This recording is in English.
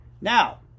Now